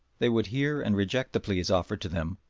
they would hear and reject the pleas offered to them,